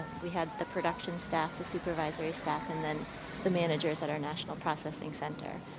we had the production staff, the supervisory staff and then the managers at our national processing center.